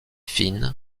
fines